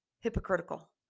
hypocritical